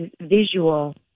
visual